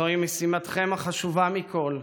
זוהי משימתכם החשובה מכול,